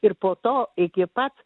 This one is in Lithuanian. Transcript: ir po to iki pat